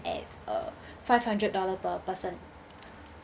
at uh five hundred dollar per person